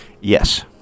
Yes